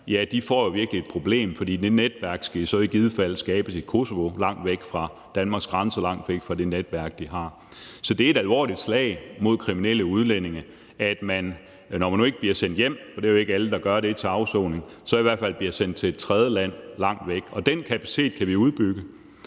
heromkring, virkelig får et problem, fordi det netværk i givet fald skal skabes i Kosovo langt væk fra Danmarks grænser og langt væk fra det netværk, de har. Så det er et alvorligt slag mod kriminelle udlændinge, at man, når man nu ikke bliver sendt hjem til afsoning – for det er jo ikke alle, der gør det – så i hvert fald bliver sendt til et tredjeland langt væk. Og den kapacitet kan vi udbygge.